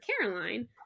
Caroline